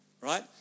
Right